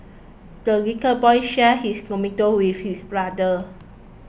the little boy shared his tomato with his brother